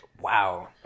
Wow